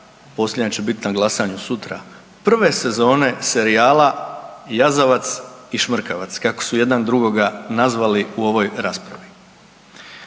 posljednja će biti na glasanju sutra, prve sezone serijala jazavac i šmrkavac, kako su jedan drugoga nazvali u ovoj raspravi.